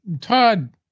Todd